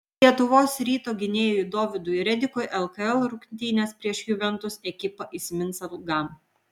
lietuvos ryto gynėjui dovydui redikui lkl rungtynės prieš juventus ekipą įsimins ilgam